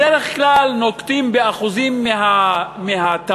בדרך כלל נוקטים באחוזים מהתמ"ג